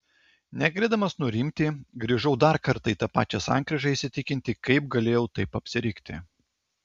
negalėdamas nurimti grįžau dar kartą į tą pačią sankryžą įsitikinti kaip galėjau taip apsirikti